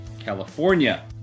California